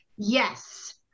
Yes